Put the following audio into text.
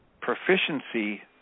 proficiency